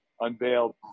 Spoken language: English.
unveiled